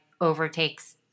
overtakes